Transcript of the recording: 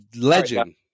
legend